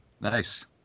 Nice